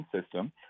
system